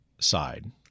side